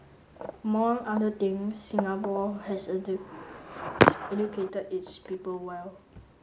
among other things Singapore has educated its people well